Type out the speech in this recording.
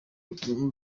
butumwa